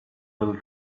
little